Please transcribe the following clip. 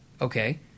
okay